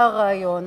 מה הרעיון?